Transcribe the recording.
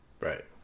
Right